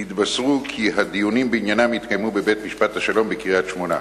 נתבשרו כי הדיונים בענייניהם יתקיימו בבית-משפט השלום בקריית-שמונה.